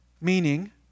Meaning